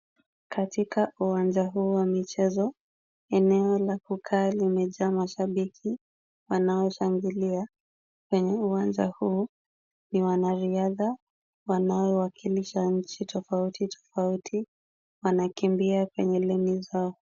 Katika uwanja huu wa michezo eneo la kukaa limejaa mashabiki wanaoshangilia. Kwenye uwanja huu ni wanariadha wanaowakilisha nchi tofauti tofauti wanakimbia kwenye lane zao.